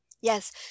Yes